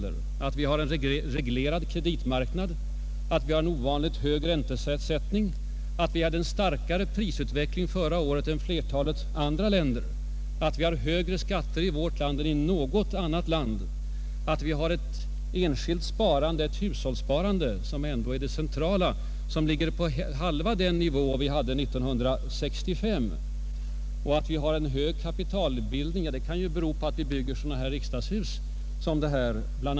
Har herr Palme glömt att vi har en reglerad kreditmarknad, att vi har en ovanligt hög räntesättning, att vi hade en starkare prisutveckling förra året än flertalet andra länder, att vi har högre skatter i vårt land än i något annat land, att vi har ett enskilt sparande — ett hushållssparande, som ändå är det centrala — som ligger på hälften så hög nivå som 1965? Att vi har en hög kapitalbildning kan ju bl.a. bero på att vi bygger sådana riksdagshus som detta.